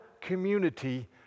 community